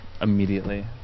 Immediately